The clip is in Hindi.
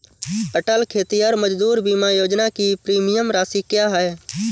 अटल खेतिहर मजदूर बीमा योजना की प्रीमियम राशि क्या है?